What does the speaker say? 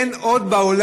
אין עוד בעולם,